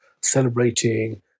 celebrating